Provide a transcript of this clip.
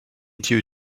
due